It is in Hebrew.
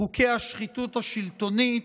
חוקי השחיתות השלטונית.